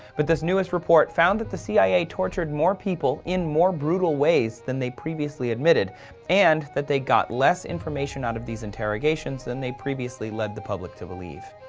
but this newest report found that the cia tortured more people in more brutal ways than they previously admitted and that they got less information out of these interrogations than they previously led the public to believe.